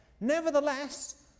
Nevertheless